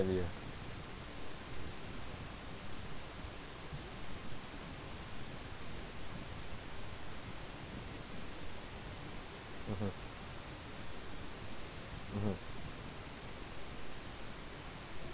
ya mmhmm mmhmm